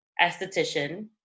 esthetician